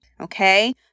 Okay